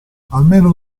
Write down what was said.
almeno